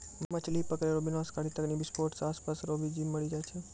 मछली पकड़ै रो विनाशकारी तकनीकी विसफोट से आसपास रो भी जीब मरी जाय छै